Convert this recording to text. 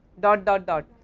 dot, dot, dot.